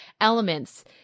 elements